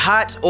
Hot